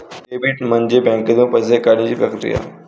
debit म्हणजे बँकेतून पैसे काढण्याची प्रक्रिया